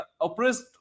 oppressed